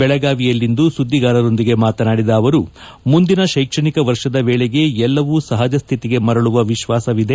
ಬೆಳಗಾವಿಯಲ್ಲಿಂದು ಸುದ್ದಿಗಾರರ ಜತೆ ಮಾತನಾಡಿದ ಅವರು ಮುಂದಿನ ಶೈಕ್ಷಣಿಕ ವರ್ಷದ ವೇಳೆಗೆ ಎಲ್ಲವೂ ಸಹಜ ಸ್ಹಿತಿಗೆ ಮರಳುವ ವಿಶ್ವಾಸವಿದೆ